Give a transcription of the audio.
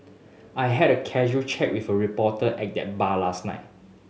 I had a casual chat with a reporter at the bar last night